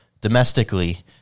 Domestically